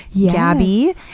Gabby